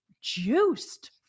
juiced